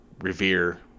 revere